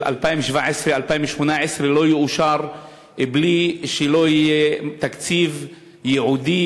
2017 2018 לא יאושר בלי שיהיה תקציב ייעודי,